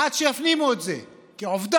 עד שיפנימו את זה, כעובדה,